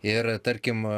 ir tarkim